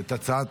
את חבר הכנסת